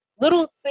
little